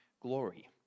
glory